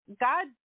God